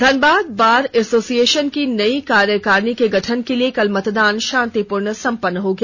Dhanbad bar association की नई कार्यकारिणी के गठन के लिए कल मतदान शांतिपूर्ण संपन्न हो गया